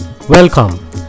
Welcome